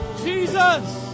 Jesus